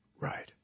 Right